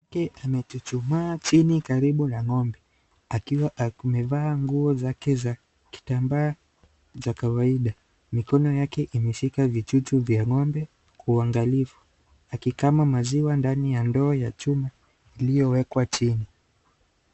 Mwanamke amechuchumaa chini karibu na ng'ombe, akiwa amevaa nguo zake za kitambaa za kawaida. Mikono yake imeshika vichuchu vya ng'ombe kwa uangalifu, akikama maziwa ndani ya ndoo ya chuma iliyowekwa chini.